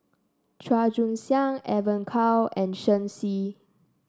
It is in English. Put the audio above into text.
Chua Joon Siang Evon Kow and Shen Xi